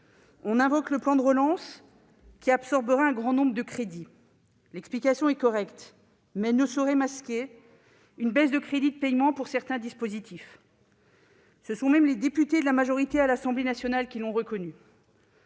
On invoque le plan de relance, qui absorberait un grand nombre de crédits. L'explication est recevable, mais elle ne saurait masquer une baisse de crédits de paiement pour certains dispositifs. Les députés de la majorité à l'Assemblée nationale l'ont